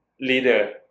leader